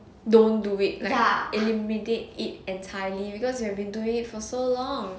don't do it like eliminate it entirely because you have been doing it for so long